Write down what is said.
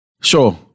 Sure